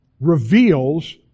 reveals